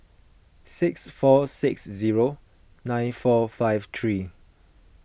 six four six zero nine four five three